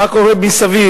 מה קורה מסביב,